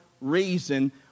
reason